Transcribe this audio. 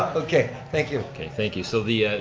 okay, thank you. okay thank you, so the